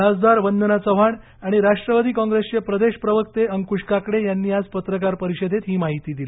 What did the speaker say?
खासदार वंदना चव्हाण आणि राष्ट्रवादी काँग्रेसचे प्रदेश प्रवक्ते अंकुश काकडे यांनी आज पत्रकार परिषदेत ही माहिती दिली